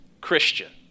Christian